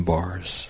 Bars